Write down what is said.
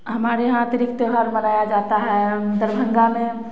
हमारे यहाँ अतिरिक्त त्योहार मनाया जाता है दरभंगा में